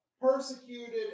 persecuted